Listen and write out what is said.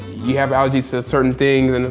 you have allergies to certain things, and it's